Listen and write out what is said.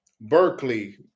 Berkeley